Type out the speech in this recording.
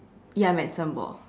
ya medicine ball